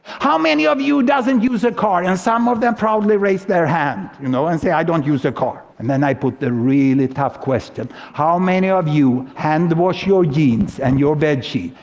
how many of you don't use a car, and some of them proudly raise their hand you know and say i don't use a car. and then i put the really tough question how many of you hand wash your jeans and your bedsheets?